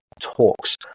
talks